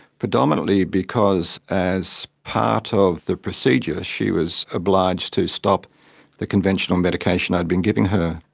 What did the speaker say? predominantly because as part of the procedure, she was obliged to stop the conventional medication i'd been giving her.